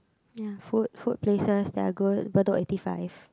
ya food food places that are good Bedok eighty five